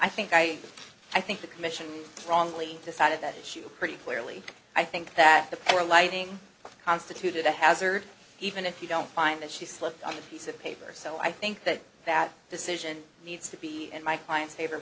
i think i i think the commission wrongly decided that issue pretty clearly i think that the poor lighting constituted a hazard even if you don't find that she slipped on a piece of paper so i think that that decision needs to be in my client's favor